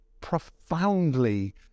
profoundly